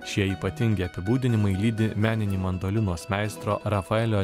šie ypatingi apibūdinimai lydi meninį mandolinos meistro rafaelio